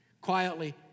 quietly